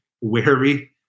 wary